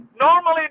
Normally